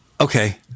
Okay